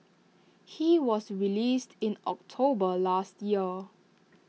he was released in October last year